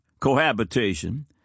cohabitation